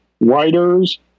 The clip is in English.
writers